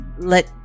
let